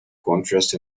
contrast